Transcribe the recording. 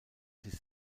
sich